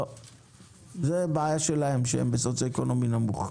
זו בעיה שלהם שהם בסוציואקונומי נמוך.